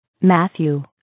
Matthew